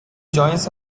joins